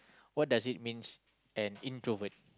what does it means an introvert